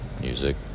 Music